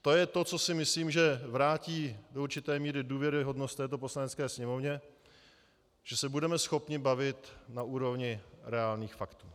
To je to, co si myslím, že vrátí do určité míry důvěryhodnost této Poslanecké sněmovně, že se budeme schopni bavit na úrovni reálných faktů.